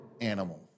animal